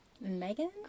Megan